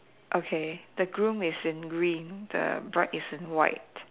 okay the groom is in green the bride is in white